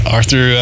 Arthur